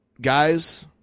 guys